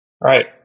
right